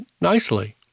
nicely